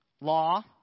law